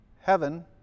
heaven